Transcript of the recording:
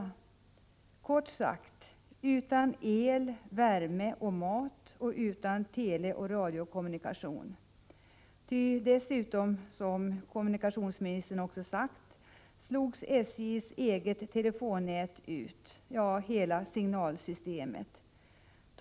De blev kort sagt utan el, värme och mat och utan teleoch radiokommunikation — som kommunikationsministern också sagt slogs SJ:s eget telenät, ja, hela signalsystemet, ut.